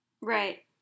Right